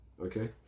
okay